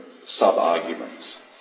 sub-arguments